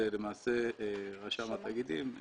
זה למעשה רשם התאגידים,